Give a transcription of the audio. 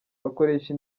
bakoresha